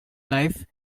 life